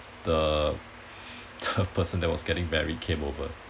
the the person that was getting very came over